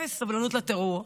אפס סובלנות לטרור.